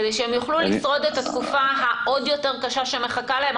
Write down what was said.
כדי שהם יוכלו לשרוד את התקופה העוד יותר קשה שמחכה להם?